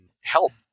help